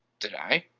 did i?